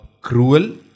cruel